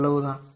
அவ்வளவுதான்